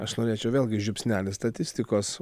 aš norėčiau vėlgi žiupsnelį statistikos